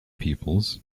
peoples